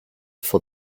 for